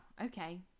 okay